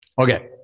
Okay